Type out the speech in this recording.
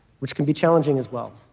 which can be challenging as well.